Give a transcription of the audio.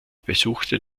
besuchte